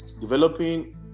developing